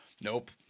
Nope